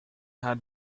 had